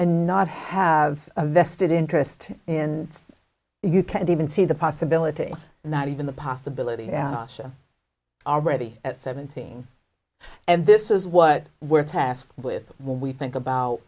and not have a vested interest in it you can't even see the possibility that even the possibility already at seventeen and this is what we're test with when we think about